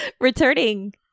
returning